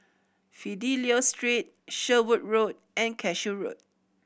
Fidelio Street Sherwood Road and Cashew Road